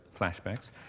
flashbacks